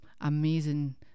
amazing